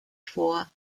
vor